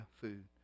food